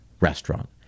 restaurant